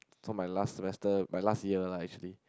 so my last semester my last year lah actually